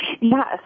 Yes